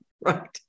right